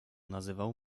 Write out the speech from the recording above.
nazywał